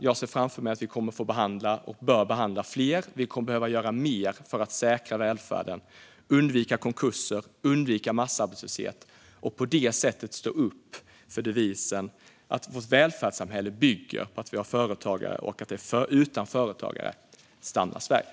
Jag ser framför mig att vi bör behandla fler. Vi kommer att behöva göra mer för att säkra välfärden och undvika konkurser och massarbetslöshet. På det sättet står vi upp för devisen att vårt välfärdssamhälle bygger på att vi har företagare. Utan företagare stannar Sverige.